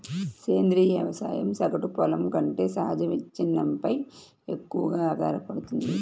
సేంద్రీయ వ్యవసాయం సగటు పొలం కంటే సహజ విచ్ఛిన్నంపై ఎక్కువగా ఆధారపడుతుంది